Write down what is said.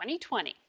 2020